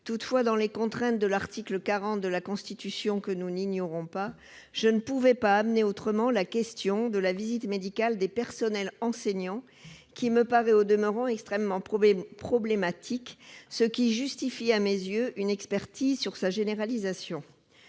Toutefois, en respectant les contraintes de l'article 40 de la Constitution que je n'ignore pas, je ne pouvais pas aborder autrement que par ce biais la question de la visite médicale des personnels enseignants, qui me paraît au demeurant extrêmement problématique, ce qui justifie à mes yeux une expertise sur sa généralisation.